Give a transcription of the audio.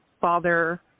father